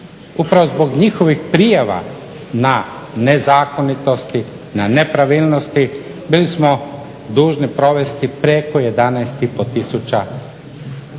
Upravo zbog njihovih prijava na nezakonitosti, na nepravilnosti bili smo dužni provesti preko 11